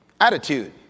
Attitude